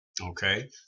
Okay